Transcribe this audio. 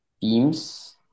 teams